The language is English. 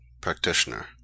practitioner